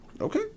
okay